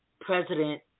President